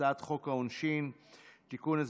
הצעת חוק העונשין (תיקון,